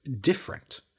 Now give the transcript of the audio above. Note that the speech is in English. different